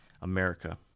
America